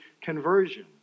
conversion